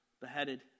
beheaded